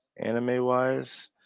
anime-wise